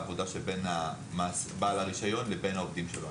העבודה שבין בעל הרשיון לעובדים שלו.